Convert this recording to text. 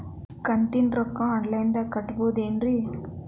ಕಂತಿನ ರೊಕ್ಕನ ಆನ್ಲೈನ್ ದಾಗ ಕಟ್ಟಬಹುದೇನ್ರಿ?